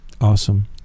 Awesome